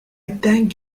thank